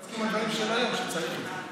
לא, אני מסכים עם הדברים של היום, שצריך את זה.